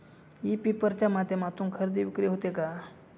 E paper च्या माध्यमातून खरेदी विक्री होते का?